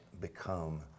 become